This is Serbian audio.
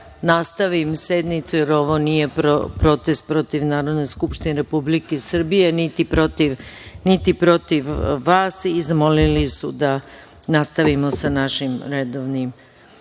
nastavim sednicu, jer ovo nije protest protiv Narodne skupštine Republike Srbije niti protiv vas i zamolili su da nastavimo sa našim redovnim